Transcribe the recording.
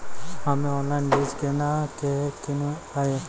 हम्मे ऑनलाइन बीज केना के किनयैय?